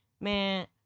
Man